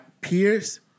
peers